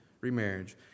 remarriage